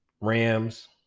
Rams